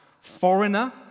foreigner